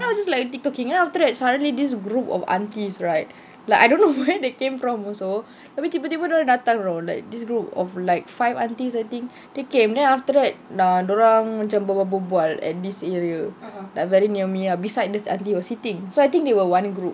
then I was just like tiktoking then after that suddenly this group of aunties right like I don't know where they came from also tapi tiba-tiba dorang datang [tau] like this group of like five aunties I think they came then after that uh dorang macam berbual-bual at this area like very near me ah beside this aunty was sitting so I think they were one group